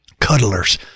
cuddlers